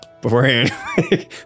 Beforehand